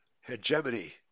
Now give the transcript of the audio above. hegemony